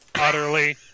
Utterly